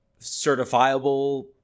certifiable